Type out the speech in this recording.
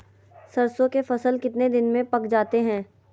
सरसों के फसल कितने दिन में पक जाते है?